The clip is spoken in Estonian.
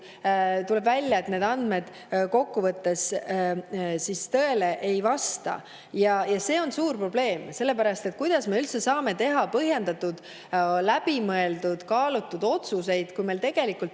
tuleb välja, et need andmed kokkuvõttes tõele ei vasta. See on suur probleem, sellepärast et kuidas me üldse saame teha põhjendatud, läbimõeldud, kaalutud otsuseid, kui meil tegelikult